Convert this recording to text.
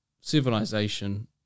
civilization